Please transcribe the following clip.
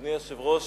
אדוני היושב-ראש,